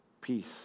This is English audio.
peace